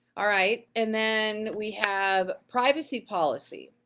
alright, and then we have privacy policy.